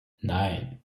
nein